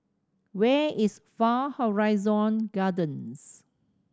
where is Far Horizon Gardens